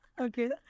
Okay